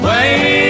Wait